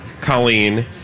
Colleen